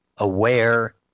aware